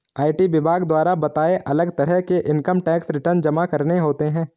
IT विभाग द्वारा बताए, अलग तरह के इन्कम टैक्स रिटर्न जमा करने होते है